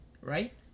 right